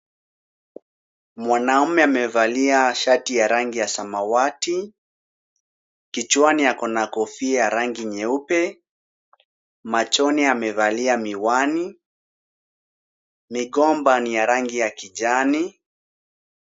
Mwanaume amevalia shati ya rangi ya samawati. Kichwani ako na kofia ya rangi nyeupe. Machoni amevalia miwani. Migomba ni ya rangi ya kijani.